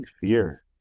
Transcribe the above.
fear